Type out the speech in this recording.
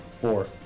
Four